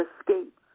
escape